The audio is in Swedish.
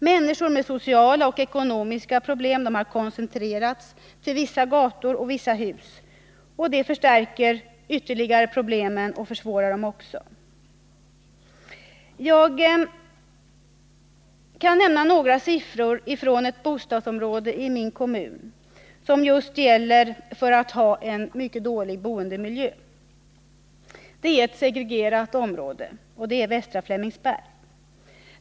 Människor med sociala och ekonomiska problem har koncentrerats till vissa gator och vissa hus, vilket ytterligare förstärker och försvårar problemen. Jag kan nämna några siffror från ett bostadsområde i min kommun som just gäller för att ha en mycket dålig boendemiljö. Det är ett segregerat område — Västra Flemingsberg.